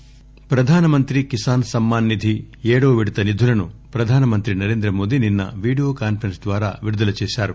కిసాస్ ప్రధానమంత్రి కిసాన్ సమ్మాన్ నిధి ఏడవ విడత నిధులను ప్రధానమంత్రి నరేంద్ర మోదీ నిన్న వీడియో కాన్పరెన్స్ ద్వారా విడుదల చేశారు